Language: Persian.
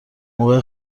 موقع